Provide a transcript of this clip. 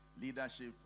leadership